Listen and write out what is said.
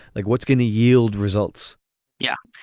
like what's going to yield results yeah.